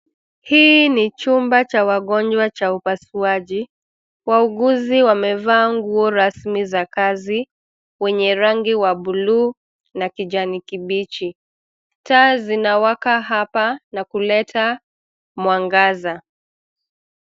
Hii ni chumba cha wagonjwa cha upasuaji. Wauguzi wamevaa nguo rasmi za kazi wenye rangi wa buluu na kijani kibichi. Taa zinawaka hapa na kuleta mwangaza.